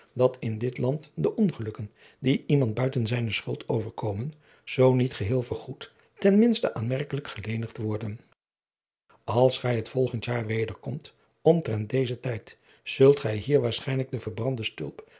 dat in dit land de ongelukken die iemand buiten zijne schuld overkomen zoo niet geheel vergoed ten minste aanmerkelijk gelenigd worden als gij het volgende jaar wederkomt omtrent dezen tijd zult gij hier waarschijnlijk de verbrande stulp